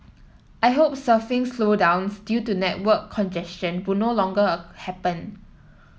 I hope surfing slowdowns due to network congestion will no longer happen